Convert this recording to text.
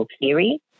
theory